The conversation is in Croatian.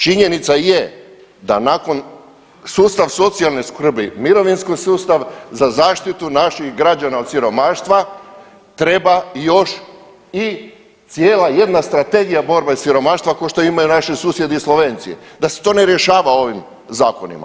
Činjenica je da nakon sustav socijalne skrbi, mirovinski sustav za zaštitu naših građana od siromaštva treba još i cijela jedna strategija borbe siromaštva, kao što imaju naši susjedi Slovenci, da se to ne rješava ovim zakonima.